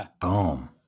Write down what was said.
boom